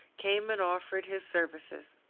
came and offered his services.